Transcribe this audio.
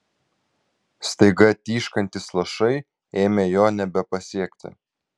staiga tyškantys lašai ėmė jo nebepasiekti